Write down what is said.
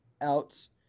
outs